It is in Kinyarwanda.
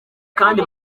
kandi